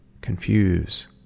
confuse